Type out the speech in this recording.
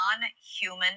non-human